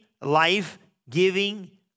life-giving